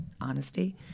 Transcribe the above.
honesty –